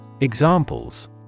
Examples